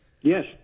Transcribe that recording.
Yes